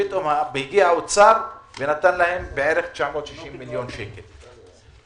פתאום הגיע האוצר ונתן להם כ-960 מיליון שקלים.